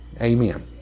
Amen